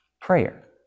prayer